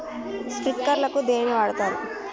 Sprinkler ను దేనికి వాడుతరు?